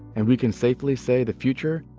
and we can safely say, the future,